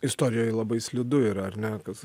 istorijoj labai slidu yra ar ne kas